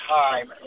time